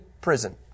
prison